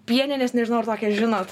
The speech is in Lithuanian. pieninės nežinau ar tokią žinot